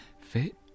fit